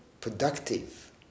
productive